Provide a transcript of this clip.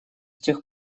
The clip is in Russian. тех